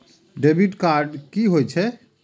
Debit card कि होई छै?